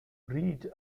reid